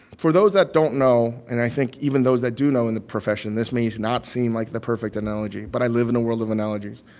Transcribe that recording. for those that don't know, and i think even those that do know in the profession, this may not seem like the perfect analogy, but i live in a world of analogies.